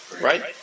Right